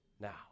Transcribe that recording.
now